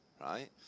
Right